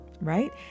right